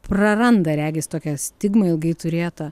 praranda regis tokią stigmą ilgai turėtą